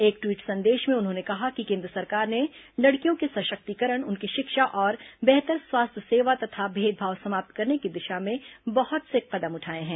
एक ट्वीट संदेश में उन्होंने कहा कि केंद्र सरकार ने लड़कियों के सशक्तिकरण उनकी शिक्षा और बेहतर स्वास्थ्य सेवा तथा भेदभाव समाप्त करने की दिशा में बहुत से कदम उठाए हैं